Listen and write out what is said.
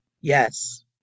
Yes